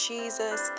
Jesus